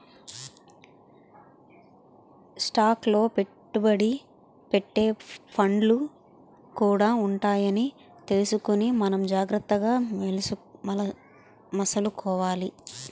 stock లో పెట్టుబడి పెట్టే ఫండ్లు కూడా ఉంటాయని తెలుసుకుని మనం జాగ్రత్తగా మసలుకోవాలి